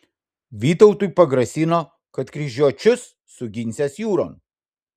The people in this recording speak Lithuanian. vytautui pagrasino kad kryžiuočius suginsiąs jūron